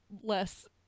less